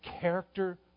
character